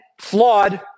flawed